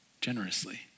generously